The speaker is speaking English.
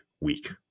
week